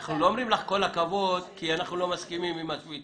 אנחנו לא אומרים לך כל הכבוד כי אנחנו לא מסכימים עם השביתה.